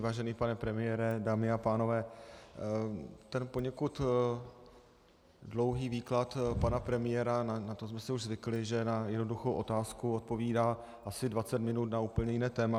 Vážený pane premiére, dámy a pánové, ten poněkud dlouhý výklad pana premiéra na to jsme si už zvykli, že na jednoduchou otázku odpovídá asi dvacet minut na úplně jiné téma.